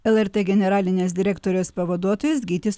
lrt generalinės direktorės pavaduotojas gytis